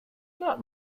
not